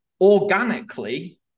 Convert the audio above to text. organically